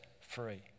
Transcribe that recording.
free